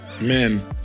Men